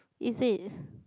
is it